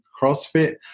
CrossFit